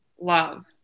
love